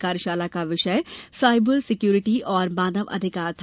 कार्यशाला का विषय सायबर सिक्योरिटी एवं मानव अधिकार था